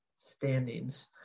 standings